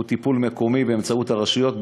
הוא טיפול מקומי באמצעות הרשויות.